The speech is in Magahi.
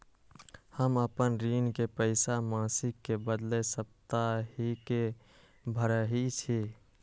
हम अपन ऋण के पइसा मासिक के बदले साप्ताहिके भरई छी